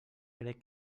crec